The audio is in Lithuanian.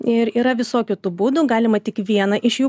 ir yra visokių tų būdų galima tik vieną iš jų